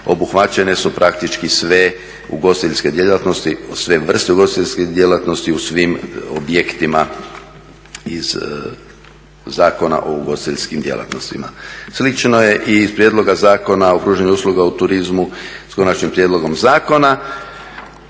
djelatnosti, sve vrste ugostiteljske djelatnosti u svim objektima iz Zakona o ugostiteljskim djelatnostima. Slično je i iz prijedloga Zakona o pružanju usluga u turizmu s konačnim prijedlogom zakona